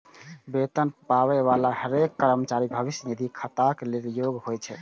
वेतन पाबै बला हरेक कर्मचारी भविष्य निधि खाताक लेल योग्य होइ छै